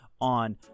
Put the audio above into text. on